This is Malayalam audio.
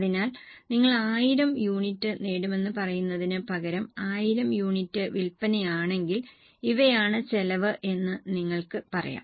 അതിനാൽ നിങ്ങൾ 1000 യൂണിറ്റ് നേടുമെന്ന് പറയുന്നതിന് പകരം 1000 യൂണിറ്റ് വിൽപ്പനയാണെങ്കിൽ ഇവയാണ് ചെലവ് എന്ന് നിങ്ങൾക്ക് പറയാം